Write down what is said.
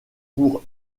pour